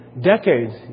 decades